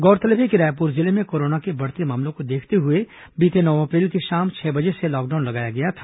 गौरतलब है कि रायपुर जिले में कोरोना के बढ़ते मामलों को देखते हुए बीते नौ अप्रैल की शाम छह बजे से लॉकडाउन लगाया गया था